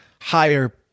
higher